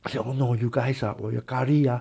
I say oh no you guys !huh! oh your curry ah